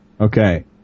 Okay